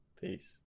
peace